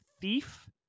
thief